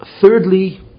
Thirdly